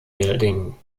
building